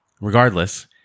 Regardless